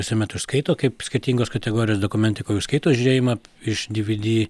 visuomet užskaito kaip skirtingos kategorijos dokumentikoj užskaito žiūrėjimą iš dyvydy